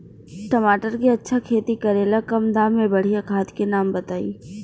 टमाटर के अच्छा खेती करेला कम दाम मे बढ़िया खाद के नाम बताई?